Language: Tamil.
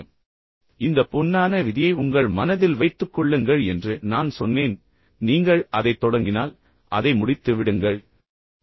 எனவே இந்த பொன்னான விதியை உங்கள் மனதில் வைத்துக்கொள்ளுங்கள் என்று நான் சொன்னேன் நீங்கள் அதை தொடங்கினால் அதை முடித்து விடுங்கள் அதை இடையில் விட்டுவிடாதீர்கள்